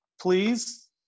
please